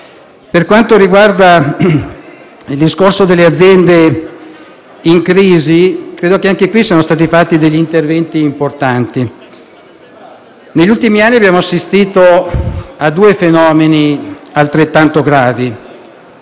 Per quanto riguarda il discorso delle aziende in crisi, credo che anche da questo punto di vista siano stati svolti degli interventi importanti. Negli ultimi anni abbiamo assistito a due fenomeni altrettanto gravi.